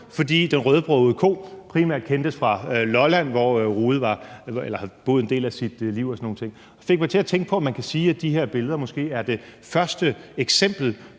fordi den rødbrogede ko primært kendtes fra Lolland, hvor Rude havde boet en del af sit liv. Og det fik mig til at tænke på, om man kan sige, at de her billeder måske er det første eksempel